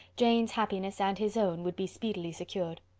jane's happiness, and his own, would be speedily secured.